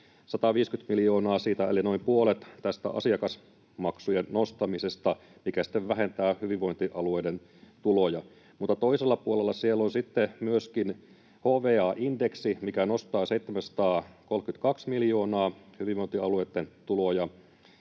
150 miljoonaa eli noin puolet koostuu tästä asiakasmaksujen nostamisesta, mikä sitten vähentää hyvinvointialueiden tuloja. Mutta toisella puolella siellä on sitten myöskin HVA-indeksi, mikä nostaa 732 miljoonaa hyvinvointialueitten tuloja